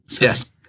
Yes